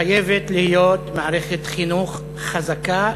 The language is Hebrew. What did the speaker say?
חייבת להיות מערכת חינוך חזקה,